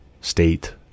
state